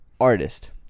artist